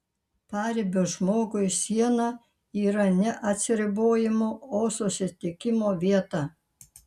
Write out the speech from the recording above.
paribio žmogui siena yra ne atsiribojimo o susitikimo vieta